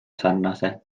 sarnase